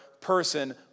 person